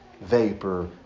vapor